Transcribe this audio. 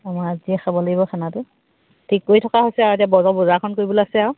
অঁ মাছ দিয়ে খাব লাগিব খানাটো ঠিক কৰি থকা হৈছে আৰু এতিয়া বজাৰখন কৰিবলৈ আছে আৰু